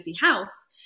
house